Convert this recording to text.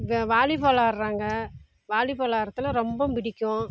இப்போ வாலிபால் ஆடுறாங்க வாலிபால் ஆடுறதுலாம் ரொம்ப பிடிக்கும்